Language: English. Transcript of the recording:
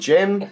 Jim